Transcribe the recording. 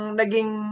naging